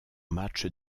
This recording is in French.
match